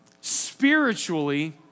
Spiritually